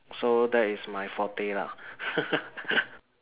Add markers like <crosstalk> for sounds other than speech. so that is my forte lah <laughs>